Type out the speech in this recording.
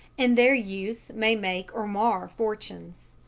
and their use may make or mar fortunes.